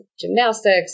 gymnastics